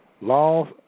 laws